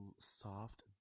soft